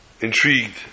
intrigued